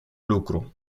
lucru